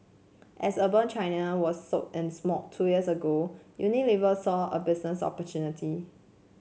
as urban China was soak in smog two years ago Unilever saw a business opportunity